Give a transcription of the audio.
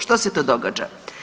Što se to događa?